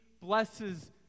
blesses